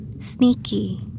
Sneaky